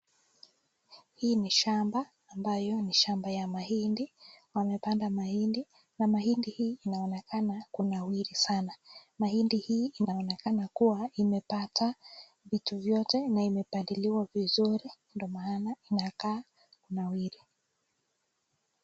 Hii ni shamba ambayo ni shamba ya mahindi, wamepanda mahindi na mahindi hii inaonekana kunawiri sana mahindi hii inaonekana kuwa imepata vitu vyote na imepaliliwa vizuri ndiyo maana inakaa kunawiri.